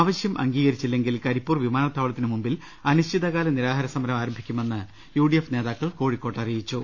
ആവശ്യം അംഗീകരിച്ചില്ലെങ്കിൽ കരിപ്പൂർ വിമാനത്താവളത്തിന് മുമ്പിൽ അനിശ്ചിതകാല നിരാഹാര സമരം ആരംഭിക്കുമെന്ന് യുഡി എഫ് നേതാക്കൾ കോഴിക്കോട്ട് അറിയിച്ചു